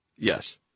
Yes